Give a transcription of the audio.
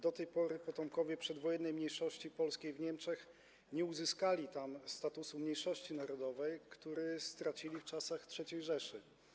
Do tej pory potomkowie przedwojennej mniejszości polskiej w Niemczech nie uzyskali tam statusu mniejszości narodowej, który stracili w czasach III Rzeszy.